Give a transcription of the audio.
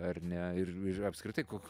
ar ne ir ir apskritai kok